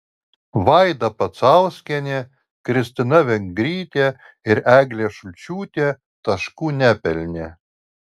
vaida pacauskienė kristina vengrytė ir eglė šulčiūtė taškų nepelnė